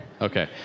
Okay